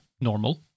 normal